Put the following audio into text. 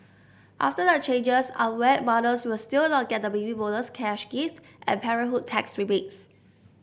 after the changes unwed mothers will still not get the Baby Bonus cash gift and parenthood tax rebates